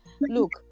look